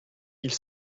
ils